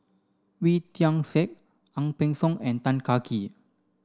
Wee Tian Siak Ang Peng Siong and Tan Kah Kee